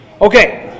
Okay